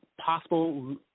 possible